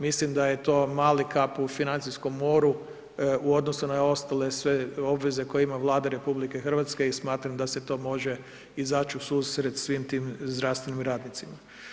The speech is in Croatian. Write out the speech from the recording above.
Mislim da je to mali kap u financijskom moru u odnosu na ostale sve obveze koje ima Vlada RH i smatram da se to može izaći u susret svim tim zdravstvenim radnicima.